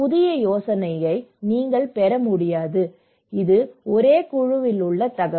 புதிய யோசனையை நீங்கள் பெற முடியாது இது ஒரே குழுவில் உள்ள தகவல்